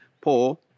Paul